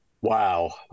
Wow